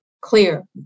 clear